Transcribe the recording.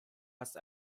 hast